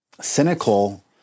cynical